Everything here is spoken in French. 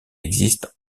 existe